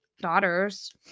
daughters